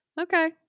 okay